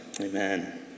Amen